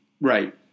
right